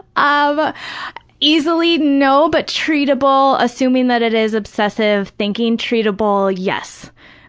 um easily, no. but treatable, assuming that it is obsessive thinking treatable, yes.